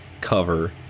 cover